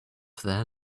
there